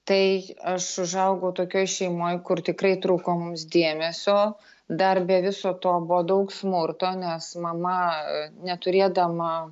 tai aš užaugau tokioj šeimoj kur tikrai trūko mums dėmesio dar be viso to buvo daug smurto nes mama neturėdama